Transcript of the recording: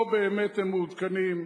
הם לא באמת מעודכנים,